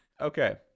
Okay